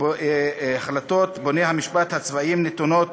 החלטות בתי-המשפט הצבאיים נתונות,